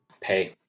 Pay